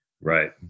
Right